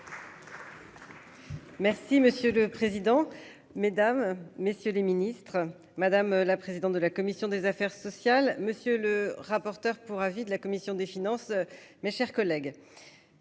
Merci monsieur le président, Mesdames, messieurs les Ministres, madame la présidente de la commission des affaires sociales, monsieur le rapporteur pour avis de la commission des finances, mes chers collègues,